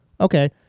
okay